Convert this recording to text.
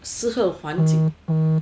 适合环境